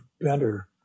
better